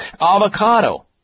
avocado